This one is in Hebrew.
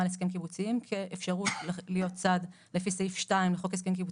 על הסכם קיבוצי כאפשרות להיות צד לפי סעיף 2 לחוק הסכמים קיבוציים,